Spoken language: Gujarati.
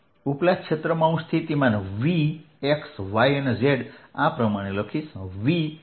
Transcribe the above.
ઉપલા ક્ષેત્રમાં હું સ્થિતિમાન Vxyz આ પ્રમાણે લખીશ